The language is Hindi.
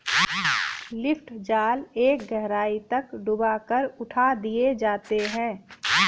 लिफ्ट जाल एक गहराई तक डूबा कर उठा दिए जाते हैं